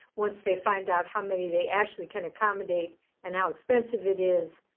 once they find out how many they actually can accommodate and how expensive it is,